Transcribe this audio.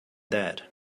that